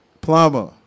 plumber